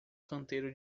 canteiro